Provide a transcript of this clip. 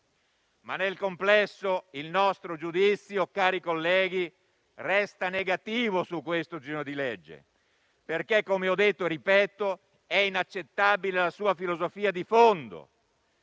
cari colleghi, il nostro giudizio resta negativo su questo disegno di legge, perché, come ho detto e ripeto, è inaccettabile la sua filosofia di fondo,